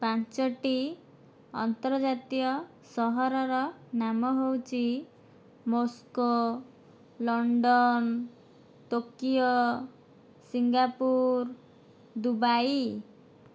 ପାଞ୍ଚଟି ଅନ୍ତର୍ଜାତୀୟ ସହରର ନାମ ହେଉଛି Moscow London Tokyo Singapore Dubai